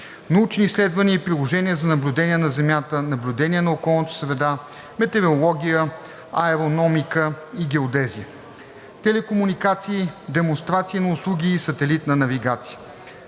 Научни изследвания и приложения за наблюдение на Земята – наблюдение на околната среда, метеорология, аерономика и геодезия; - Телекомуникации – демонстрации на услуги и сателитна навигация;